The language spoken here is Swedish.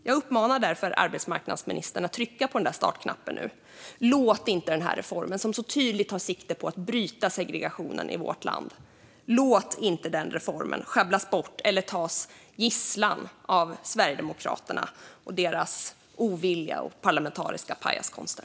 Jag uppmanar därför arbetsmarknadsministern att trycka på startknappen nu. Låt inte denna reform, som så tydligt tar sikte på att bryta segregationen i vårt land, sjabblas bort eller tas som gisslan av Sverigedemokraterna och deras ovilja och parlamentariska pajaskonster.